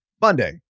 Monday